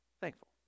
Thankful